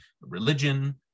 religion